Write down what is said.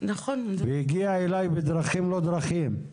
היא הגיעה אליי בדרכים לא דרכים.